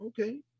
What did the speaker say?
Okay